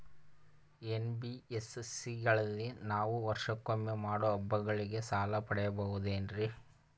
NBSC ಗಳಲ್ಲಿ ನಾವು ವರ್ಷಕೊಮ್ಮೆ ಮಾಡೋ ಹಬ್ಬಗಳಿಗೆ ಸಾಲ ಪಡೆಯಬಹುದೇನ್ರಿ?